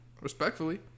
Respectfully